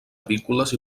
avícoles